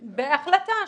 הפלאפון.